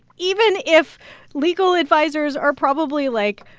even if legal advisers are probably, like,